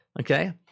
okay